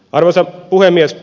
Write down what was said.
arvoisa puhemies